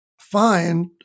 find